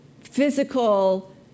physical